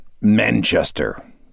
Manchester